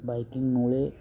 बाइकिंगमुळे